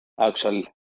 actual